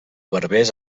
berbers